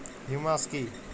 Humus কি?